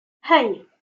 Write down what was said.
hey